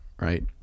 right